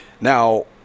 Now